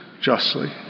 justly